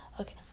Okay